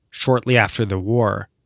shortly after the war,